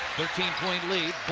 thirteen point lead,